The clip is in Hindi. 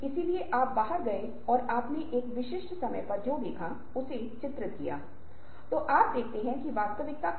इसलिए जब हम वास्तव में एक ही बात करते हैं तब होता है जब हम वयस्क हो जाते हैं